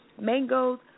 mangoes